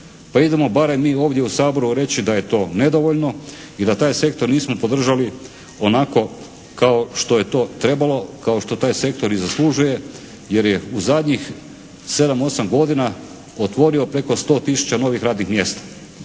Pa idemo barem mi ovdje u Saboru reći da je to nedovoljno i da taj sektor nismo podržali onako kao što je to trebalo, kao što taj sektor i zaslužuje jer je u zadnjih 7, 8 godina otvorio preko 100 tisuća novih radnih mjesta.